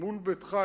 מול ביתך?